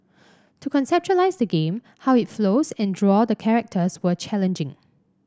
to conceptualise the game how it flows and draw the characters were challenging